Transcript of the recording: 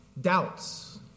doubts